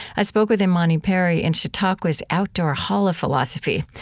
i spoke with imani perry in chautauqua's outdoor hall of philosophy.